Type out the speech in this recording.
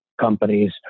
companies